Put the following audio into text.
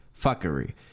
fuckery